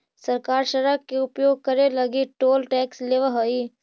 सरकार सड़क के उपयोग करे लगी टोल टैक्स लेवऽ हई